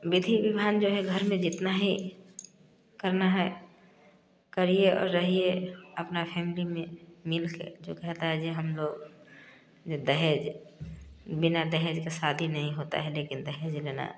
सब विधि विधान घर में जितना है करना है करिए और रहिए अपना फैमलि में मिल के जगह ताज़े हम लोग ये दहेज बिना दहेज के शादी नहीं होता है लेकिन दहेज लेना